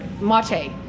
Mate